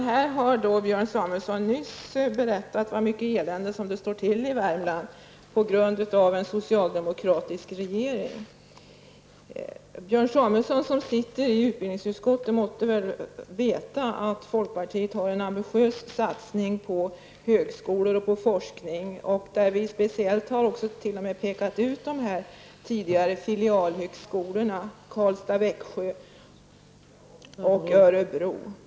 Herr talman! Björn Samulson har nyss berättat om allt elände i Värmland på grund av en socialdemokratisk regering. Björn Samuelson som sitter i utbildningsutskottet måtte väl veta att folkpartiet har en ambitiös satsning på högskolor och forskning. Vi har speciellt pekat ut de tidigare filialhögskolorna Karlstad--Växjö och Örebro.